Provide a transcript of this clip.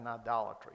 idolatry